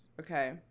Okay